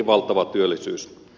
eipä minulla muuta